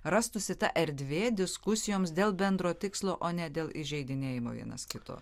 rastųsi ta erdvė diskusijoms dėl bendro tikslo o ne dėl įžeidinėjimo vienas kito